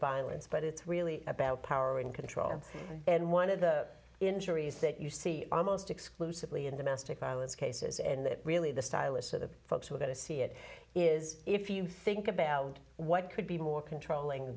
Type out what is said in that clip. violence but it's really about power and control and one of the injuries that you see almost exclusively in domestic violence cases and that really the stylus of the folks who are going to see it is if you think about what could be more controlling